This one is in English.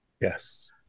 Yes